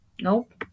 Nope